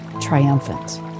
triumphant